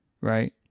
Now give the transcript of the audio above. right